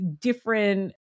different